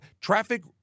traffic